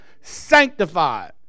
Sanctified